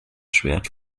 schwert